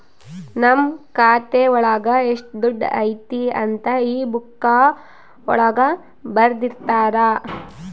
ನಮ್ ಖಾತೆ ಒಳಗ ಎಷ್ಟ್ ದುಡ್ಡು ಐತಿ ಅಂತ ಈ ಬುಕ್ಕಾ ಒಳಗ ಬರ್ದಿರ್ತರ